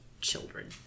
children